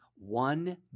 one